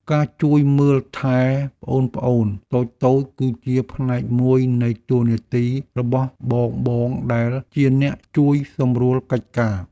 ការជួយមើលថែប្អូនៗតូចៗ គឺជាផ្នែកមួយនៃតួនាទីរបស់បងៗដែលជាអ្នកជួយសម្រួលកិច្ចការ។